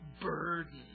burden